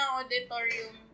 auditorium